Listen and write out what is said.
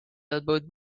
elbowed